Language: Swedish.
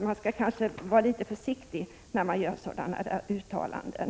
Man skall kanske vara litet försiktig när man gör sådana här uttalanden.